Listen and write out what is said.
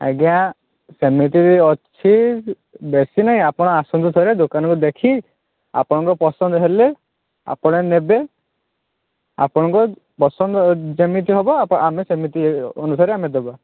ଆଜ୍ଞା ସେମିତି ଅଛି ବେଶି ନାହିଁ ଆପଣ ଆସନ୍ତୁ ଥରେ ଦୋକାନକୁ ଦେଖି ଆପଣଙ୍କ ପସନ୍ଦ ହେଲେ ଆପଣ ନେବେ ଆପଣଙ୍କର ପସନ୍ଦ ଯେମିତି ହେବ ଆମେ ସେମିତି ଅନୁସାରେ ଆମେ ଦବା